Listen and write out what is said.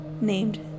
named